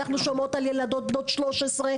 אנחנו שומעות על ילדות בנות 13,